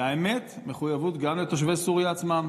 והאמת, מחויבות גם לתושבי סוריה עצמם.